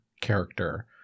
character